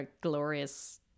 glorious